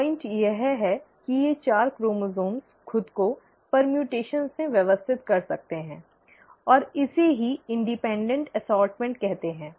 point यह है कि ये चार क्रोमोसोम्स खुद को क्रमपरिवर्तन में व्यवस्थित कर सकते हैं और इसे ही स्वतंत्र वर्गीकरण कहते हैं